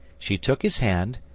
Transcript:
she took his hand,